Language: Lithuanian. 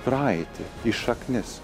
praeitį į šaknis